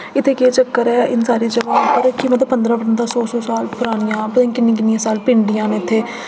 इत्थै केह् चक्कर ऐ इ'न्न सारी जगह पर कि मतलब पंदरा पंदरा सौ सौ साल परानियां पता निं किन्नी किन्नी साल पिण्डियां न इत्थै